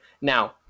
Now